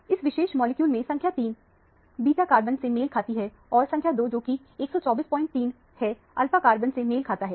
इस विशेष मॉलिक्यूल में संख्या 3 बीटा कार्बन से मेल खाती है और संख्या 2 जोकि 1243 है अल्फा कार्बन से मेल खाता है